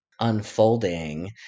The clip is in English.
unfolding